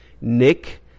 Nick